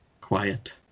Quiet